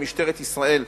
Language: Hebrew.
ומשטרת ישראל,